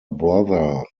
brother